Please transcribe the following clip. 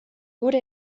wurde